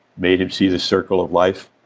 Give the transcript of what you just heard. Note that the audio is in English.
made him see the circle of life,